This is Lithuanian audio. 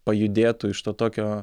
pajudėtų iš to tokio